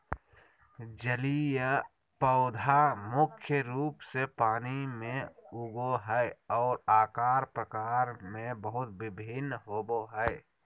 जलीय पौधा मुख्य रूप से पानी में उगो हइ, और आकार प्रकार में बहुत भिन्न होबो हइ